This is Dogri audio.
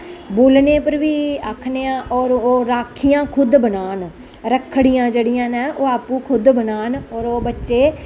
बोलने उप्पर बी आखने आं होर ओह् राखियां खुद बनान रखड़ियां जेह्ड़ियां न ओह् आपूं खुद बनान होर ओह् बच्चे